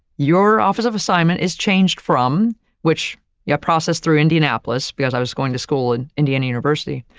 your office of assignment is changed from which your process through indianapolis because i was going to school in indiana university,